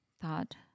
thought